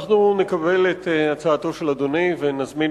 אנחנו נקבל את הצעתו של אדוני ונזמין